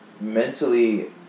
mentally